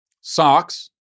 Socks